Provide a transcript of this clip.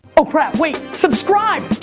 oh crap, wait, subscribe!